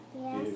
Yes